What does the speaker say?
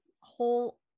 whole